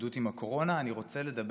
להתמודדות עם הקורונה, אני רוצה לדבר